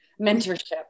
Mentorship